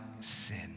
sin